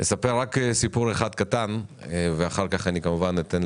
בסוף שנת 2020 קיבלתי